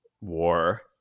war